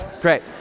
Great